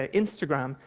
ah instagram,